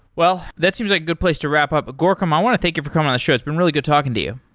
well, that seems like a good place to wrap up. gorken, i want to thank you for coming on the show. it's been really good talking to you.